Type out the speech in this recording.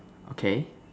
okay